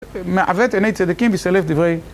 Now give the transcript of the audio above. מעוות עיני צדיקים ויסלף דברי